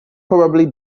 probably